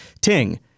Ting